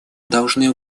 должны